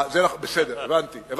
בסדר, הבנתי.